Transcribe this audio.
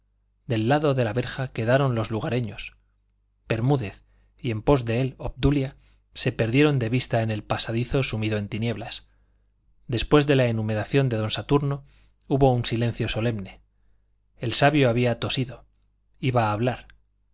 del lado de la verja quedaron los lugareños bermúdez y en pos de él obdulia se perdieron de vista en el pasadizo sumido en tinieblas después de la enumeración de don saturno hubo un silencio solemne el sabio había tosido iba a hablar